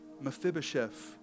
Mephibosheth